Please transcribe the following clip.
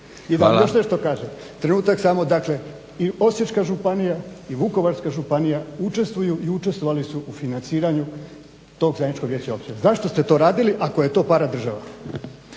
I da vam još nešto kažem, i Osječka županija i Vukovarska županija učestvuju i učestvovali su u financiranju tog zajedničkog vijeća općina. Zašto ste to radili ako je to paradržava?